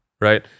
Right